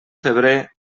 febrer